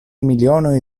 milionoj